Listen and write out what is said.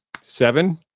seven